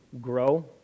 grow